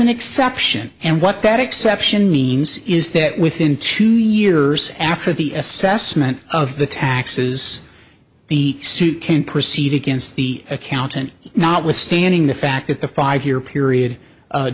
an exception and what that exception means is that within two years after the assessment of the taxes the suit can proceed against the accountant notwithstanding the fact that the five year period